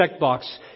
checkbox